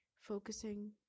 focusing